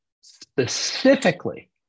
specifically